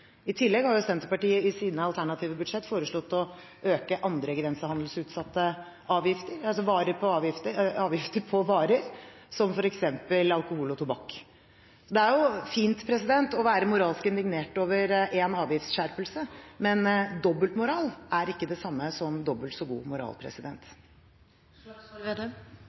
I tillegg har jo Senterpartiet i sine alternative budsjetter foreslått å øke avgifter på andre grensehandelsutsatte varer, som f.eks. alkohol og tobakk. Det er jo fint å være moralsk indignert over én avgiftsskjerpelse, men dobbeltmoral er ikke det samme som dobbelt så god moral.